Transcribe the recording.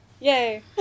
Yay